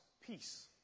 peace